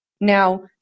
Now